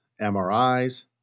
MRIs